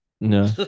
no